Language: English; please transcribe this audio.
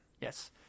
Yes